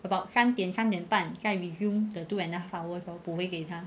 about 三点三点半再 resume the two and a half hours lor 補回给他